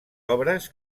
obres